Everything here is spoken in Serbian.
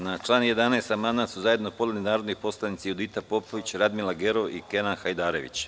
Na član 11. amandman su zajedno podneli narodni poslanici Judita Popović, Radmila Gerov i Kenan Hajdarević.